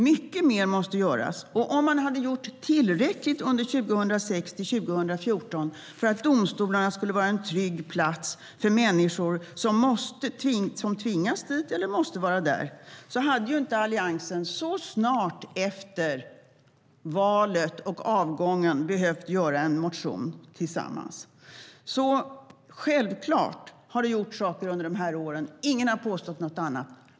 Mycket mer måste göras, och om man hade gjort tillräckligt under åren 2006-2014 för att domstolarna skulle vara en trygg plats för människor som tvingas dit eller måste vara där, då hade inte Alliansen så snart efter valet och avgången behövt göra en motion tillsammans. Självklart har det gjorts saker under de här åren. Ingen har påstått något annat.